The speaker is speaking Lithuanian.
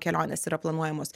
kelionės yra planuojamos